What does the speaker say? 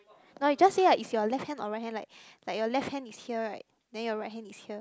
no you just say like if your left hand or right hand like like your left hand is here right then your right hand is here